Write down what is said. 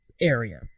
area